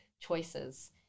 choices